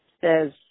says